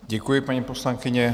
Děkuji, paní poslankyně.